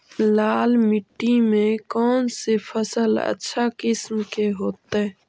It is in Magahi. लाल मिट्टी में कौन से फसल अच्छा किस्म के होतै?